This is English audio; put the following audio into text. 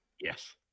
Yes